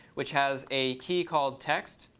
which has a key called text